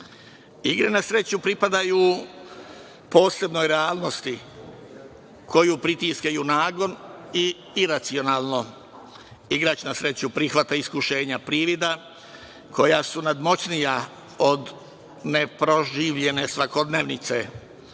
na sreću pripadaju posebnoj realnosti koju pritiskaju nagon i iracionalno. Igrač na sreću prihvata iskušenja privida koja su nadmoćnija od neproživljene svakodnevnice.